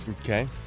Okay